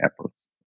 apples